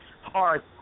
hard